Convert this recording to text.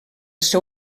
seu